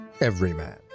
everyman